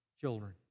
children